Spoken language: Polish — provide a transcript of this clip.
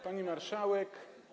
Pani Marszałek!